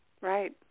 Right